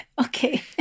okay